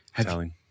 telling